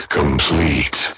complete